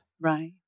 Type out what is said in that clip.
Right